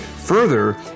Further